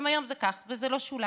גם היום זה כך, וזה לא שוליים.